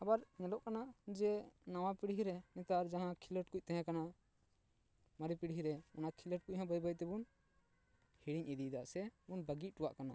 ᱟᱵᱟᱨ ᱧᱮᱞᱚᱜ ᱠᱟᱱᱟ ᱡᱮ ᱱᱟᱣᱟ ᱯᱤᱲᱦᱤ ᱨᱮ ᱱᱮᱛᱟᱨ ᱡᱟᱦᱟᱸ ᱠᱷᱮᱞᱳᱰ ᱠᱚ ᱛᱟᱦᱮᱸ ᱠᱟᱱᱟ ᱢᱟᱨᱮ ᱯᱤᱲᱦᱤ ᱨᱮ ᱚᱱᱟ ᱠᱷᱮᱞᱳᱰ ᱠᱚ ᱦᱚᱸ ᱵᱟᱹᱭ ᱵᱟᱹᱭ ᱛᱮᱵᱚᱱ ᱦᱤᱲᱤᱧ ᱤᱫᱤᱭᱮᱫᱟ ᱥᱮ ᱵᱚᱱ ᱵᱟᱹᱜᱤ ᱚᱴᱚᱣᱟᱜ ᱠᱟᱱᱟ